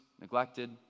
neglected